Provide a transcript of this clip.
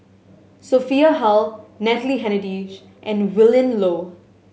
Sophia Hull Natalie Hennedige and Willin Low